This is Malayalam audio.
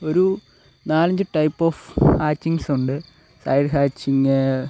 ഒരു നാലഞ്ച് ടൈപ്പ് ഓഫ് ഹാച്ചിങ്സ് ഉണ്ട് ഹൈ ഹാച്ചിങ്